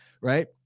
right